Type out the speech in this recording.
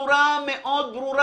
בצורה מאוד ברורה,